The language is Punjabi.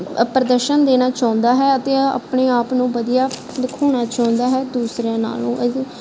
ਪ੍ਰਦਰਸ਼ਨ ਦੇਣਾ ਚਾਹੁੰਦਾ ਹੈ ਅਤੇ ਆਪਣੇ ਆਪ ਨੂੰ ਵਧੀਆ ਦਿਖਾਉਣਾ ਚਾਹੁੰਦਾ ਹੈ ਦੂਸਰਿਆਂ ਨਾਲੋਂ ਇਹਦੀ